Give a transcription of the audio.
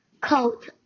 coat